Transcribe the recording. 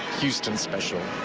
houston special.